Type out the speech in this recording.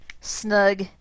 snug